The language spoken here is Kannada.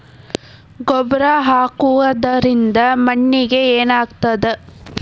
ಗೊಬ್ಬರ ಹಾಕುವುದರಿಂದ ಮಣ್ಣಿಗೆ ಏನಾಗ್ತದ?